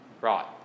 Right